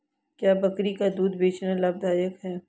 क्या बकरी का दूध बेचना लाभदायक है?